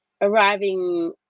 arriving